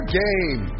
game